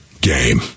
game